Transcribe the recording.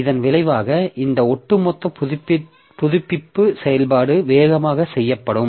இதன் விளைவாக இந்த ஒட்டுமொத்த புதுப்பிப்பு செயல்பாடு வேகமாக செய்யப்படும்